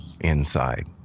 inside